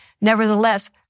Nevertheless